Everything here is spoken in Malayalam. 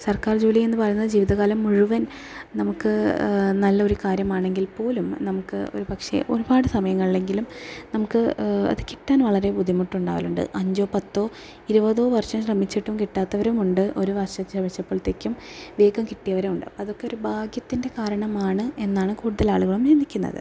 സർക്കാർ ജോലി എന്നുപറയുന്നത് ജീവിതകാലം മുഴുവൻ നമുക്ക് നല്ലൊരു കാര്യമാണെങ്കിൽ പോലും നമുക്ക് ഒരുപക്ഷെ ഒരുപാട് സമയങ്ങിലെങ്കിലും നമുക്ക് അത് കിട്ടാൻ വളരെ ബുദ്ധിമുട്ട് ഉണ്ടാവലുണ്ട് അഞ്ചോ പത്തോ ഇരുപതോ വർഷം ശ്രമിച്ചിട്ടും കിട്ടാത്തവരുമുണ്ട് ഒരുവർഷം ശ്രമിച്ചപ്പോഴത്തേക്കും വേഗം കിട്ടിയവരുണ്ട് അതൊക്കെ ഒരു ഭാഗ്യത്തിൻ്റെ കാരണമാണ് എന്നാണ് കൂടുതൽ ആളുകളും ചിന്തിക്കുന്നത്